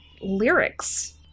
lyrics